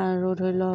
আৰু ধৰি ল